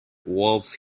was